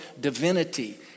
divinity